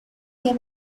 que